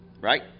Right